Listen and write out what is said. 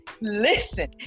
listen